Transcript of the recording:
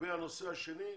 לגבי הנושא השני,